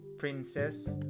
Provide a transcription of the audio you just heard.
Princess